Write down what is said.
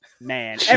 Man